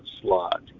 slot